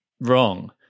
wrong